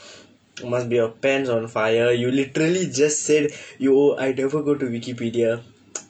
must be your pants on fire you literally just said oh I never go to Wikipedia